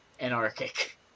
anarchic